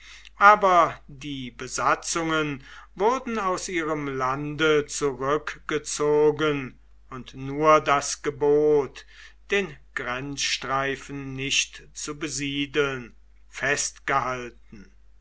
aber die besatzungen wurden aus ihrem lande zurückgezogen und nur das gebot den grenzstreifen nicht zu besiedeln festgehalten